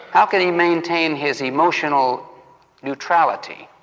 how can he maintain his emotional neutrality?